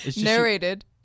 Narrated